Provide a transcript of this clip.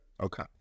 Okay